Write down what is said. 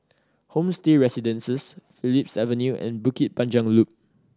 Homestay Residences Phillips Avenue and Bukit Panjang Loop